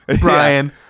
Brian